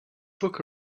book